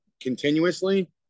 continuously